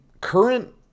current